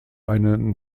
eine